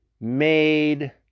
made